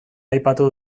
aipatu